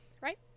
Right